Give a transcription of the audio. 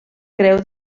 creu